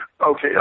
Okay